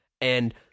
and-